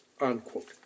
Unquote